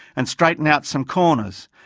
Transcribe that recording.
and straighten out some corners,